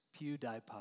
PewDiePie